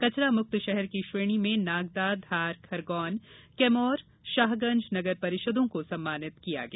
कचरा मुक्त शहर की श्रेणी में नागदा धार खरगोन कैमोर शाहगंज नगर परिषदों को सम्मानित किया गया